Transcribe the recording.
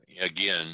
again